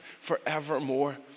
forevermore